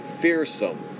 fearsome